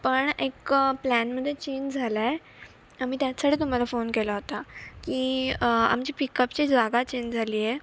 पण एक प्लॅनमध्ये चेंज झाला आहे मी त्याचसाठी तुम्हाला फोन केला होता की आमची पिकअपची जागा चेंज झाली आहे